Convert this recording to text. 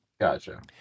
Gotcha